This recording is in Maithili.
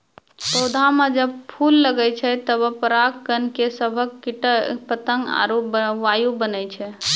पौधा म जब फूल लगै छै तबे पराग कण के सभक कीट पतंग आरु वायु बनै छै